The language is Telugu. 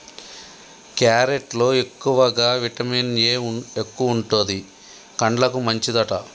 క్యారెట్ లో ఎక్కువగా విటమిన్ ఏ ఎక్కువుంటది, కండ్లకు మంచిదట